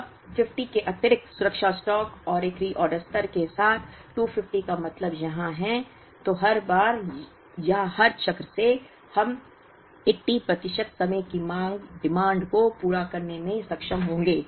अब 50 के अतिरिक्त सुरक्षा स्टॉक और एक रीऑर्डर स्तर के साथ 250 का मतलब यहाँ है तो हर बार या हर चक्र से हम 80 प्रतिशत समय की मांग को पूरा करने में सक्षम होंगे